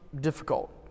difficult